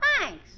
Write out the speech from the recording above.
Thanks